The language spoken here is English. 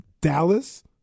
Dallas